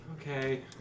Okay